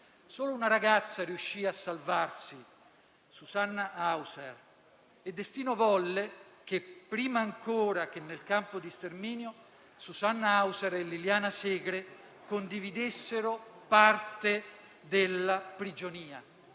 Solo una ragazza riuscì a salvarsi: Susanna Hauser. Il destino volle che, prima ancora che nel campo di sterminio, Susanna Hauser e Liliana Segre condividessero parte della prigionia.